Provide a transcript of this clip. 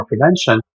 prevention